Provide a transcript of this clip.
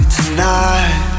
tonight